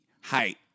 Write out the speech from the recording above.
height